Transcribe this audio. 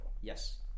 Yes